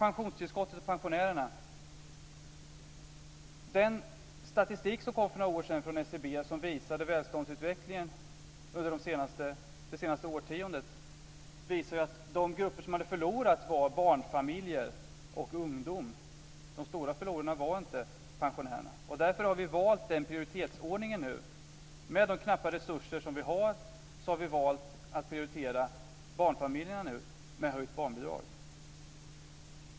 För några år sedan kom det statistik från SCB över välståndsutvecklingen under det senaste årtiondet. Den visade att de grupper som hade förlorat var barnfamiljer och ungdomar. De stora förlorarna var inte pensionärerna. Därför har vi valt den här prioritetsordningen nu. Med de knappa resurser som finns nu, har vi valt att prioritera barnfamiljerna genom ett höjt barnbidrag.